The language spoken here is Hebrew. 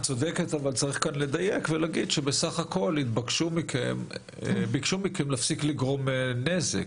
את צודקת אבל צריך לדייק ולהגיד שבסך הכול ביקשו מכם להפסיק לגרום נזק.